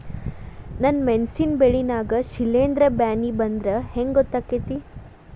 ನನ್ ಮೆಣಸ್ ಬೆಳಿ ನಾಗ ಶಿಲೇಂಧ್ರ ಬ್ಯಾನಿ ಬಂದ್ರ ಹೆಂಗ್ ಗೋತಾಗ್ತೆತಿ?